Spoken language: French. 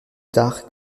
tard